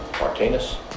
Martinez